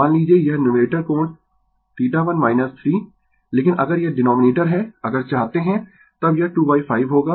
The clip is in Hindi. मान लीजिए यह न्यूमरेटर कोण 1 3 लेकिन अगर यह डीनोमिनेटर है अगर चाहते है तब यह 25 होगा